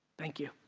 thank you.